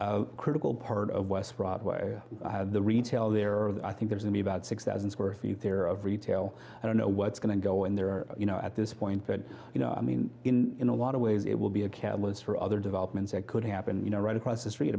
a critical part of west broadway the retail there are i think there's a me about six thousand square feet of retail i don't know what's going to go in there you know at this point that you know i mean in a lot of ways it will be a catalyst for other developments that could happen you know right across the street